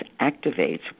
activates